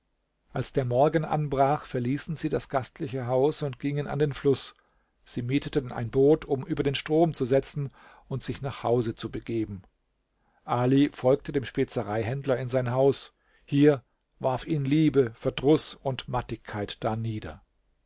als der morgen anbrach verließen sie das gastliche haus und gingen an den fluß sie mieteten ein boot um über den strom zu setzen und sich nach hause zu begeben ali folgte dem spezereihändler in sein haus hier warf ihn liebe verdruß und mattigkeit darnieder